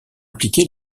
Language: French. impliqués